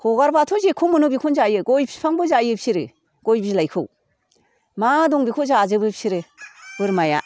हागरब्लाथ' जेखौनो मोनो बेखौनो जायो गय बिफांबो जायो बिसोरो गय बिलाइखौ मा दं बेखौ जाजोबो बिसोरो बोरमाया